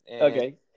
Okay